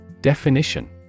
Definition